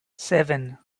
seven